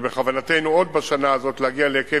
ובכוונתנו עוד בשנה הזאת להגיע להיקף